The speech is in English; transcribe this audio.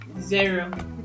zero